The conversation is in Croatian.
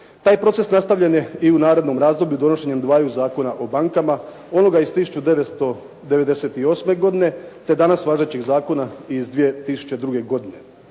Taj proces nastavljen je i u narednom razdoblju donošenjem dvaju Zakona o bankama, ovoga iz 1998. godine te danas važećeg zakona iz 2002. godine.